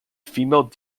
female